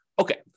Okay